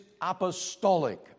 apostolic